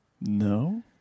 No